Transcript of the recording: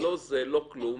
לא כלום,